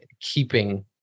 keeping